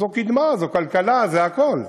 וזו קדמה, זו כלכלה, זה הכול.